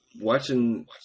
watching